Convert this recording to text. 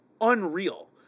Unreal